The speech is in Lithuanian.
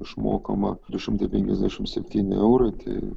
išmokama du šimtai penkiasdešim septyni eurai tai